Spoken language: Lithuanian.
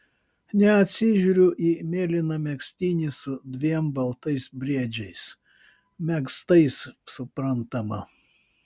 neatsižiūriu į mėlyną megztinį su dviem baltais briedžiais megztais suprantama